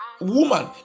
woman